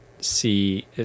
see